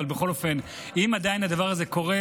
אבל בכל אופן אם עדיין הדבר הזה קורה,